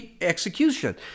execution